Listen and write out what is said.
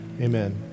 Amen